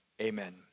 amen